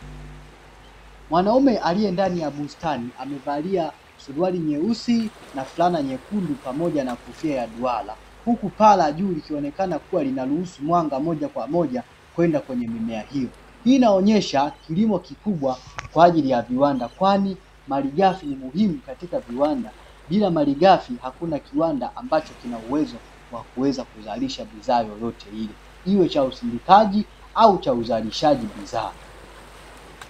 Mwanaume aliye ndani ya bustani amevalia suruali nyeusi na fulana nyekundu pamoja na kofia ya duara, huku paa la juu likionekana kuwa linaruhusu mwanga moja kwa moja kwenda kwenye mimea hiyo. Hii inaonyesha kilimo kikubwa kwa ajili ya viwanda kwani malighafi ni muhimu katika viwanda, bila malighafi hakuna kiwanda ambacho kina uwezo wa kuweza kuzalisha bidhaa yoyote ile: iwe cha usindikaji au cha uzalishaji bidhaa.